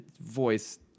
voice